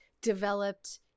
developed